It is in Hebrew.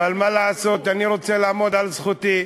אבל מה לעשות, אני רוצה לעמוד על זכותי.